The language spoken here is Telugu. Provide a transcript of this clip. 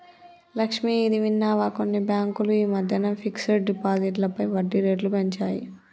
లక్ష్మి, ఇది విన్నావా కొన్ని బ్యాంకులు ఈ మధ్యన ఫిక్స్డ్ డిపాజిట్లపై వడ్డీ రేట్లు పెంచాయి